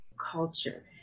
culture